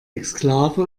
exklave